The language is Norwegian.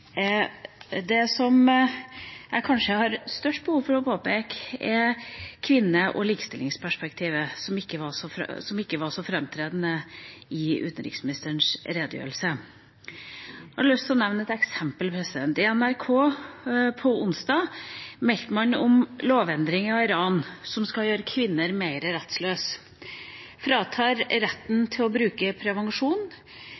Det som jeg kanskje har størst behov for å påpeke, er kvinne- og likestillingsperspektivet, som ikke var så framtredende i utenriksministerens redegjørelse. Jeg har lyst til å nevne et eksempel. I NRK på onsdag meldte man om lovendringer i Iran som skal gjøre kvinner mer rettsløse. De fratas retten til å bruke prevensjon,